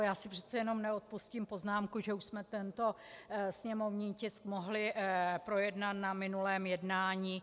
Já si přece jenom neodpustím poznámku, že už jsme tento sněmovní tisk mohli projednat na minulém jednání.